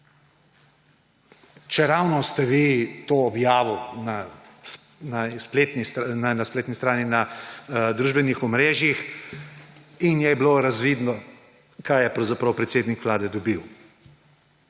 če ravno ste vi to objavili na družbenih omrežjih in je bilo razvidno, kaj je pravzaprav predsednik vlade dobil.